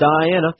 Diana